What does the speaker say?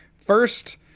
first